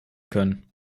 können